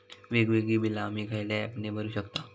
वेगवेगळी बिला आम्ही खयल्या ऍपने भरू शकताव?